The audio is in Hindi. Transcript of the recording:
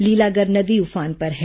लीलागर नदी उफान पर है